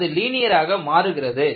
அது லினியராக மாறுகிறது